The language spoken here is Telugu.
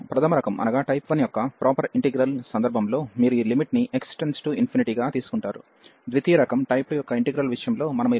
ప్రధమ రకం యొక్క ప్రాపర్ ఇంటిగ్రల్ సందర్భంలో మీరు ఈ లిమిట్ ని x→∞గా తీసుకుంటారు ద్వితీయ రకం యొక్క ఇంటిగ్రల్ విషయంలో మనము ఈ లిమిట్ ని x→aగా పరిగణిస్తాము